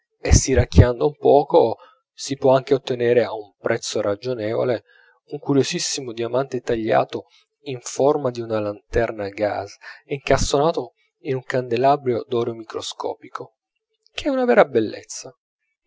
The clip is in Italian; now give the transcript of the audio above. e stiracchiando un poco si può anche ottenere a un prezzo ragionevole un curiosissimo diamante tagliato in forma di una lanterna a gaz e incastonato in un candelabro d'oro microscopico ch'è una vera bellezza